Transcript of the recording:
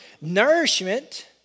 nourishment